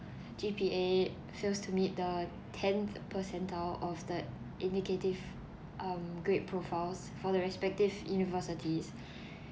G_P_A fails to meet the tenth percentile of the indicative(um) grade profiles for the respective universities